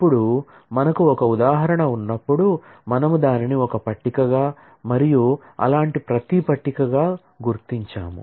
ఇప్పుడు మనకు ఒక ఉదాహరణ ఉన్నప్పుడు మనము దానిని ఒక పట్టికగా మరియు అలాంటి ప్ర తీ పట్టికగా గుర్తించాము